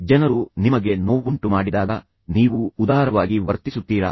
ಜನರು ನಿಮಗೆ ನೋವುಂಟು ಮಾಡಿದಾಗ ನೀವು ಉದಾರವಾಗಿ ವರ್ತಿಸುತ್ತೀರಾ